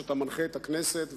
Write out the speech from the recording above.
שאתה מנחה את הכנסת,